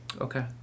Okay